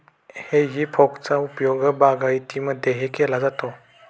हेई फोकचा उपयोग बागायतीमध्येही केला जातो